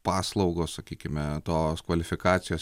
paslaugos sakykime tos kvalifikacijos